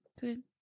good